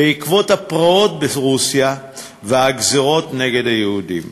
בעקבות הפרעות ברוסיה והגזירות נגד היהודים,